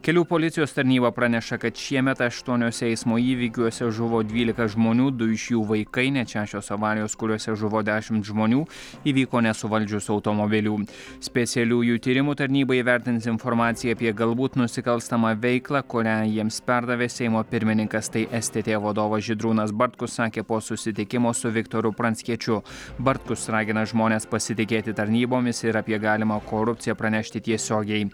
kelių policijos tarnyba praneša kad šiemet aštuoniuose eismo įvykiuose žuvo dvylika žmonių du iš jų vaikai net šešios avarijos kuriose žuvo dešimt žmonių įvyko nesuvaldžius automobilių specialiųjų tyrimų tarnyba įvertins informaciją apie galbūt nusikalstamą veiklą kurią jiems perdavė seimo pirmininkas tai stt vadovas žydrūnas bartkus sakė po susitikimo su viktoru pranckiečiu bartkus ragina žmones pasitikėti tarnybomis ir apie galimą korupciją pranešti tiesiogiai